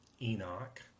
Enoch